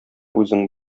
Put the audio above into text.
үзең